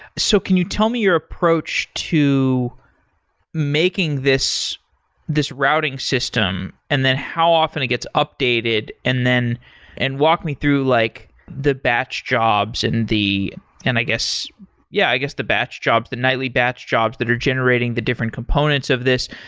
so can you tell me your approach to making this this routing system and then how often it gets updated, and and walk me through like the batch jobs, and i and i guess yeah, i guess the batch jobs. the nightly batch jobs that are generating the different components of this.